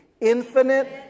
Infinite